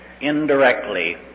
indirectly